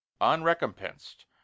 unrecompensed